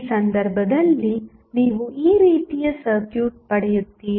ಈ ಸಂದರ್ಭದಲ್ಲಿ ನೀವು ಈ ರೀತಿಯ ಸರ್ಕ್ಯೂಟ್ ಪಡೆಯುತ್ತೀರಿ